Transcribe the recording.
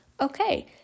Okay